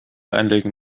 einlegen